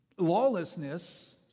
Lawlessness